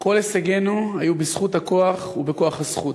"כל הישגינו היו בזכות הכוח ובכוח הזכות.